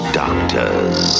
doctors